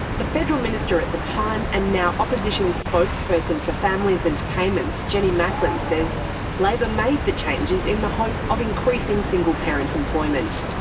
the federal minister at the time and now opposition spokesperson for families and payments, jenny macklin, says labor made the changes in the hope of increasing single parent employment.